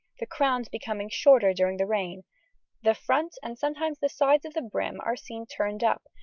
the crowns becoming shorter during the reign the fronts and sometimes the sides of the brim are seen turned up,